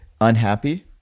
unhappy